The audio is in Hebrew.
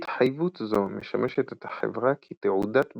התחייבות זו משמשת את החברה כ"תעודת ביטוח"